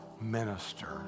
minister